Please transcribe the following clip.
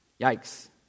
Yikes